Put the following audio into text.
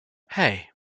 hey